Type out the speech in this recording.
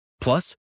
Plus